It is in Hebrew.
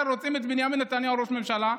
רוצים את בנימין נתניהו ראש ממשלה,